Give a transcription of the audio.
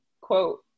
quote